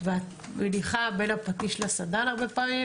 ואת בין הפטיש לסדן הרבה פעמים,